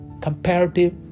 Comparative